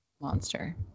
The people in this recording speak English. Monster